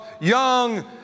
young